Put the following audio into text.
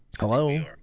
hello